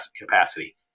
capacity